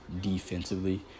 defensively